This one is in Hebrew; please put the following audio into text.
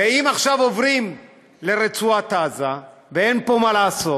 אם עכשיו עוברים לרצועת עזה, ואין מה לעשות,